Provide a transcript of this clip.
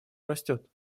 растет